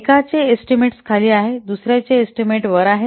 एकाचे एस्टीमेट्स खाली आहे दुसरे एस्टीमेट्स वर आहेत